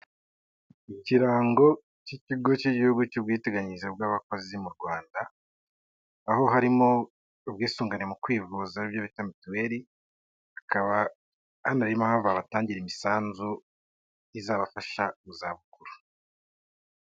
Ikirango cy'Ikigo cy'Igihugu cy'Ubwiteganyirize bw'Abakozi mu Rwanda, aho harimo ubwisungane mu kwivuza aribyo bita mituweri, akaba ari na yo mpamvu babatangira imisanzu izabafasha mu zabukuru.